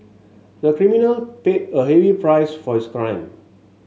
the criminal paid a heavy price for his crime